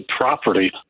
property